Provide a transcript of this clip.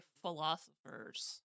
philosophers